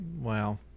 Wow